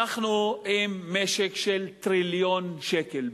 אנחנו עם משק של טריליון שקל בערך,